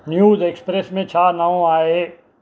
news express में छा नओं आहे